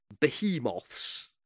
behemoths